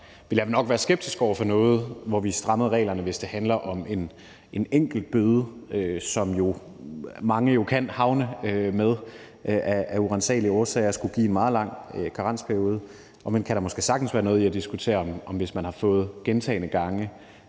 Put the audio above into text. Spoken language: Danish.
ville jeg nok være skeptisk over for noget, hvor vi strammede reglerne, og hvis en enkelt bøde, hvilket mange jo kan havne med af uransagelige årsager, skulle give en meget lang karensperiode. Der kan måske sagtens være noget i at diskutere, om det skulle give